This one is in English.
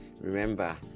Remember